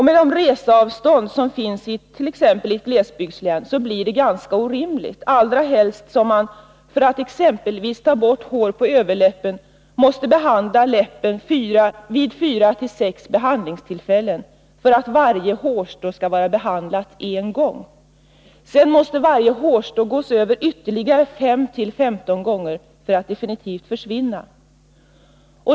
Med de reseavstånd som finns i ett glesbygdslän blir det orimligt, allra helst som man t.ex. för att ta bort hår på överläppen måste behandla läppen vid fyra till sex behandlingstillfällen för att varje hårstrå skall vara behandlat en gång. Sedan måste varje hårstrå gås över ytterligare 5-15 gånger för att definitivt försvinna.